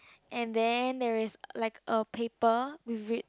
and then there is like a paper with it